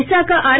Visakha are